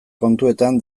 kontuetan